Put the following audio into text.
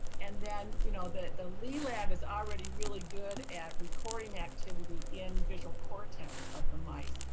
and then you know the the lee lab is already really good at recording activity in visual cortex of the mice.